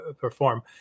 perform